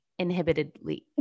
inhibitedly